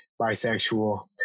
bisexual